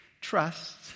trust